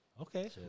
Okay